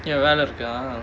வேலை இருக்கா:velai irukkaa